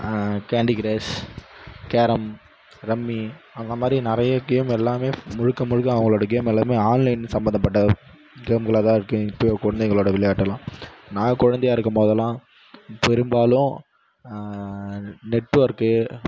candy crush carrom rummy அந்தமாதிரி நிறைய game எல்லாமே முழுக்கு முழுக்க அவங்களோட கேம் எல்லாமே ஆன்லைன் சம்மந்தப்பட்ட கேம்களாக தான் இருக்கு இப்போ குழந்தைங்களோட விளையாட்டெல்லாம் நான் குழந்தையாக இருக்கும் போதெல்லாம் பெரும்பாலும் நெட்வொர்க்கு